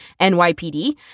NYPD